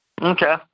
Okay